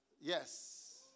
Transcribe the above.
Yes